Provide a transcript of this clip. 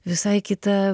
visai kita